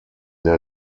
der